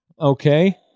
Okay